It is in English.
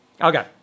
Okay